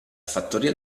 fattoria